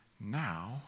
now